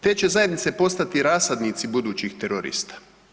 Te će zajednice postati rasadnici budućih terorista.